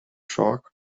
shark